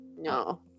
No